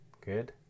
Good